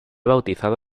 bautizado